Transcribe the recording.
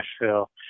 Nashville